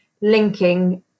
linking